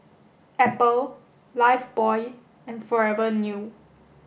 Apple Lifebuoy and Forever New